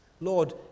Lord